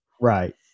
right